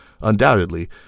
Undoubtedly